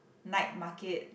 night market